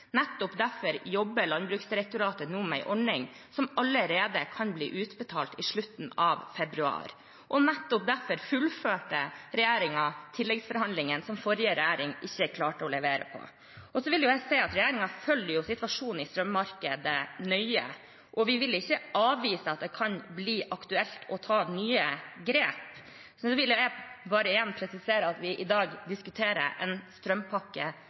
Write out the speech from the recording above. med en ordning som allerede kan bli utbetalt i slutten av februar, og nettopp derfor fullførte regjeringen tilleggsforhandlingene, som forrige regjering ikke klarte å levere på. Regjeringen følger situasjonen i strømmarkedet nøye, og vi vil ikke avvise at det kan bli aktuelt å ta nye grep. Jeg vil bare igjen presisere at vi i dag diskuterer en strømpakke